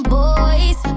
boys